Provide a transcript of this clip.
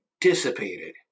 dissipated